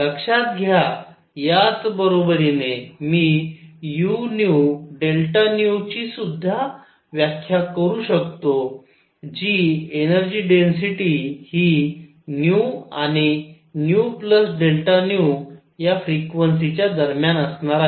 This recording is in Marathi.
लक्षात घ्या याच बरोबरीने मी u ची सुद्धा व्याख्या करू शकतो जी एनर्जी डेन्सिटी हि आणि या फ्रेक्वेन्सी च्या दरम्यान असणार आहे